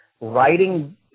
writing